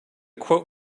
quote